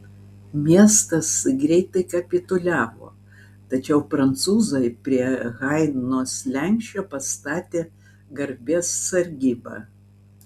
miestas greitai kapituliavo tačiau prancūzai prie haidno slenksčio pastatė garbės sargybą